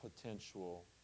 potential